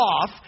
off